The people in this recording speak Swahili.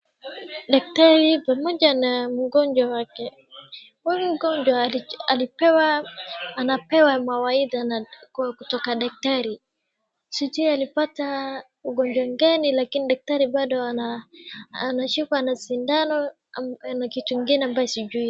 Daktari pamoja na mgonjwa wake. Huyu mgonjwa alipewa anapewa mawaidha na kutoka daktari. Sijui alipata ugonjwa gani lakini daktari bado anashikwa na sindano na kitu ingine ambaye sijui.